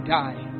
die